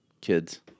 kids